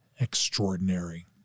Extraordinary